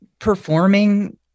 performing